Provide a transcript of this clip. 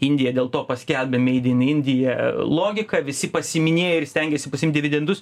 indija dėl to paskelbė meid in indija logiką visi pasiiminėja ir stengiasi pasiimt dividendus